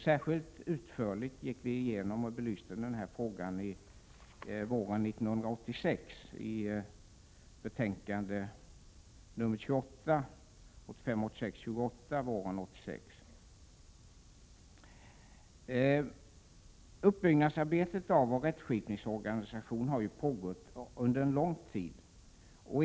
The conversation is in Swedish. Särskilt utförligt har denna fråga belysts i justitieutskottets betänkande 1985/86:28 våren 1986. Arbetet med uppbyggnad av vår rättskipningsorganisation har pågått under en lång tid.